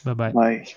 bye-bye